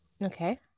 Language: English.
Okay